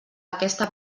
aquesta